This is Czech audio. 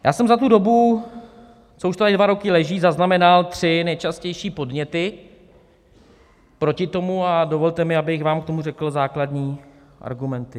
Já jsem za tu dobu, co to už tady dva roky leží, zaznamenal tři nejčastější podněty proti tomu a dovolte mi, abych vám k tomu řekl základní argumenty.